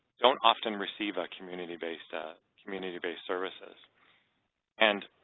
don't often receive ah community-based ah community-based services and,